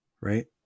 right